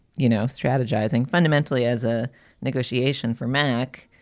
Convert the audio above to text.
you know, strategizing fundamentally as a negotiation for mack.